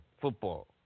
football